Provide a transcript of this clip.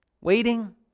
waiting